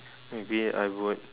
maybe I would